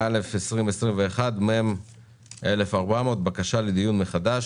התשפ"א-2021, מ/1400 בקשה לדיון מחדש.